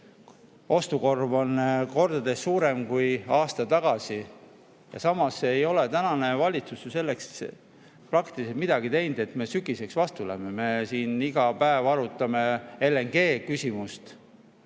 ostukorv on kordades [kallim] kui aasta tagasi ja samas ei ole tänane valitsus ju selleks praktiliselt midagi teinud, kuidas me sügisele vastu läheme. Me siin iga päev arutame LNG-küsimust.